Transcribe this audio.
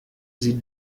sie